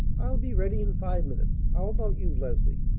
i'll be ready in five minutes. how about you, leslie?